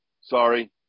sorry